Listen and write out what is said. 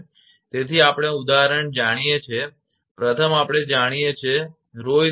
તેથી આપણે ઉદાહરણ જાણીએ છીએ પ્રથમ આપણે જાણીએ છીએ